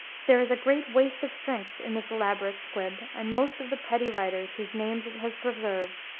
there is a great waste of strength in this elaborate squib, and most of the petty writers, whose names it has preserved,